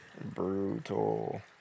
Brutal